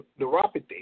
neuropathy